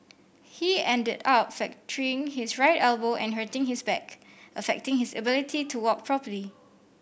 he ended up fracturing his right elbow and hurting his back affecting his ability to walk properly